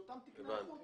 אלה אותם תקני איכות